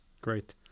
Great